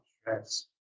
stress